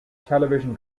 television